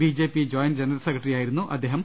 B J P joint general സെക്രട്ടറിയായി രുന്നു അദ്ദേഹം